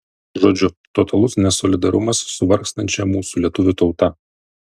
žodžiu totalus nesolidarumas su vargstančia mūsų lietuvių tauta